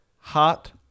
Hot